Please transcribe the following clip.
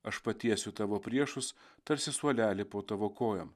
aš patiesiu tavo priešus tarsi suolelį po tavo kojom